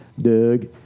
Doug